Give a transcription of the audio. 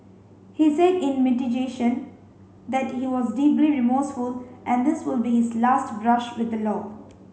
he said in mitigation that he was deeply remorseful and this would be his last brush with the law